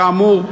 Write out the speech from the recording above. כאמור,